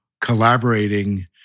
collaborating